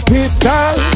Pistol